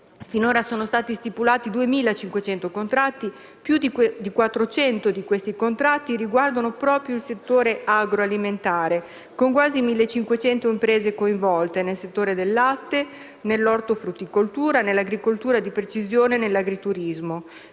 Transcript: Finora sono stati stipulati 2.500 contratti: più di 400 di questi riguardano proprio il settore agroalimentare, con quasi 1.500 imprese coinvolte, nel settore del latte, nell'ortofrutticoltura, nell'agricoltura di precisione, nell'agriturismo.